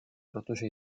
protože